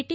T